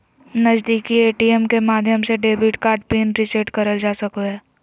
नजीदीकि ए.टी.एम के माध्यम से डेबिट कार्ड पिन रीसेट करल जा सको हय